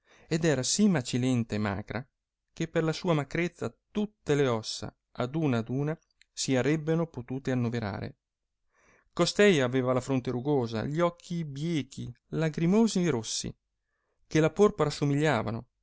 ed era sì macilenta e macra che per la sua macrezza tutte le ossa ad una ad una si arebbono potuto annoverare costei aveva la fronte rugosa gli occhi biechi lagrimosi e rossi che la porpora somigliavano